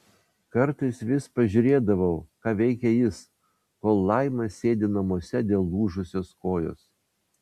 kartais vis pažiūrėdavau ką veikia jis kol laima sėdi namuose dėl lūžusios kojos